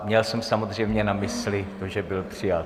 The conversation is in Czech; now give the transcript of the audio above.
Měl jsem samozřejmě na mysli to, že byl přijat.